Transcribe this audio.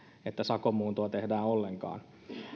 että sakon muuntoa tehdään ollenkaan